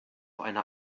einer